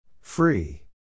Free